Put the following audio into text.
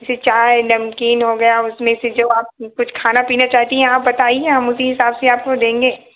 जैसे चाय नमकीन हो गया उसमें से जो आप कुछ खाना पीना चाहती हैं आप बताइए हम उसी हिसाब से आपको देंगे